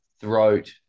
throat